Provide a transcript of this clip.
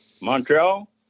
Montreal